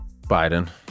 Biden